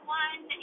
one